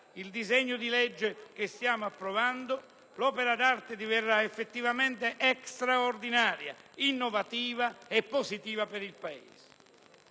(il disegno di legge che stiamo approvando), l'opera d'arte diverrà effettivamente straordinaria, innovativa e positiva per il Paese.